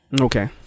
Okay